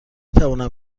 توانم